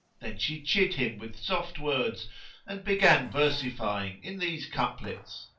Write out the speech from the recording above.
then she chid him with soft words and began versifying in these couplets,